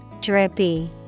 Drippy